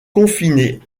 confiné